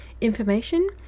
information